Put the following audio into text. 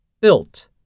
Built